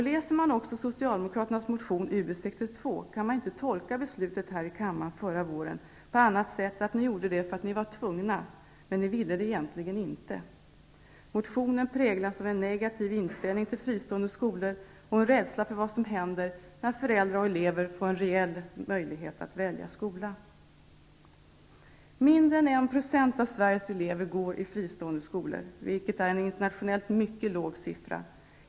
Läser man Socialdemokraternas motion Ub62 kan man inte tolka beslutet här i kammaren förra våren på annat sätt än att ni fattade det beslutet därför att ni var tvungna, fastän ni egentligen inte ville det. Motionen präglas av en negativ inställning till fristående skolor och en rädsla för vad som händer när föräldrar och elever får en reell möjlighet att välja skola. Mindre än 1 % av Sveriges elever går i fristående skolor. Detta är en internationellt mycket låg siffra.